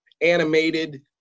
animated